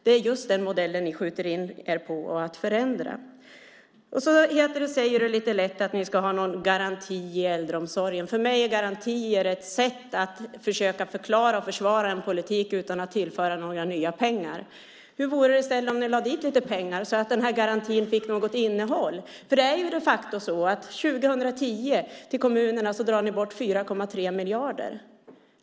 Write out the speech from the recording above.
Det är just den modellen som ni skjuter in er på att förändra. Sedan säger du lite lätt att ni ska ha någon garanti i äldreomsorgen. För mig är garantier ett sätt att försöka förklara och försvara en politik utan att tillföra några nya pengar. Hur vore det om ni i stället lade dit lite pengar så att den här garantin fick något innehåll? Det är de facto så att till 2010 drar ni bort 4,3 miljarder från kommunerna.